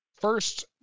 first